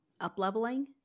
up-leveling